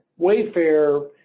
Wayfair